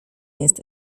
jest